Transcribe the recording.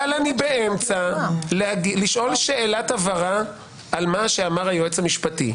אבל אני באמצע שאלת הבהרה על מה שאמר היועץ המשפטי.